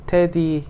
Teddy